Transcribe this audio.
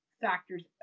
factors